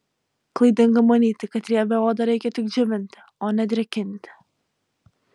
klaidinga manyti kad riebią odą reikia tik džiovinti o ne drėkinti